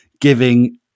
giving